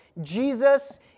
Jesus